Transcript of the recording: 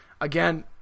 again